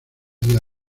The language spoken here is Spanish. día